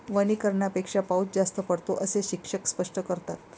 वनीकरणापेक्षा पाऊस जास्त पडतो, असे शिक्षक स्पष्ट करतात